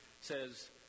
says